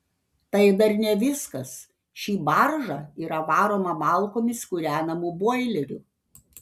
tai dar ne viskas ši barža yra varoma malkomis kūrenamu boileriu